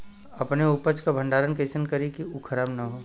अपने उपज क भंडारन कइसे करीं कि उ खराब न हो?